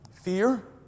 Fear